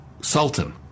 sultan